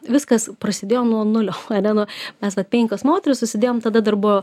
viskas prasidėjo nuo nulio ane nuo mes va penkios moterys susidėjom tada dar buvo